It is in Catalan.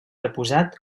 deposat